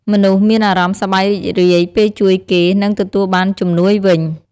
មនុស្សមានអារម្មណ៍សប្បាយរីករាយពេលជួយគេ និងទទួលបានជំនួយវិញ។